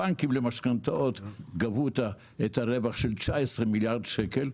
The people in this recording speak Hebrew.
הבנקים למשכנתאות גבו את הרווח של 19 מיליארד שקל.